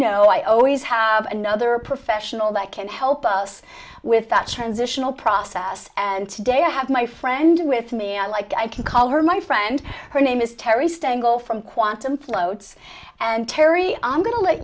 know i always have another professional that can help us with that transitional process and today i have my friend with me i like i call her my friend her name is terry stengel from quantum floats and terry i'm going to let